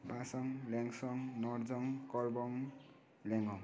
पासङ लेङसङ नरजङ करबङ लेङहङ